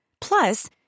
Plus